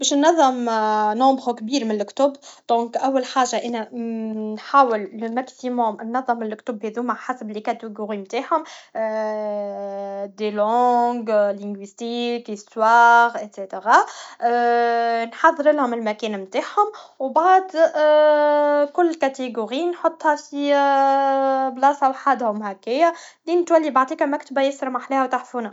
باش نظم نومبغ كبير نتاع لكتب دونك اول حاجه انا نحاول لوماكسيموم نظم لكتب هاذوما حسب لي كاتيجوغي تاعهم دي لانج لنجويستيك استواغ اكسيتيغا نحضرلهم المكان نتاعهم و بعد كل كاتيجوغي نحطها ف بلاصه وحدهم هكايا لين تولي بعديك مكتبه ياسر محلاها و تحفونه